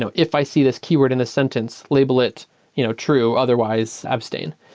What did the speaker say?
so if i see this keyword in a sentence, label it you know true. otherwise, abstain.